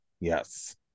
yes